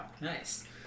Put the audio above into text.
nice